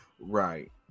right